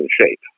shape